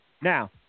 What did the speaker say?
Now